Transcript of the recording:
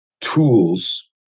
tools